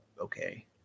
okay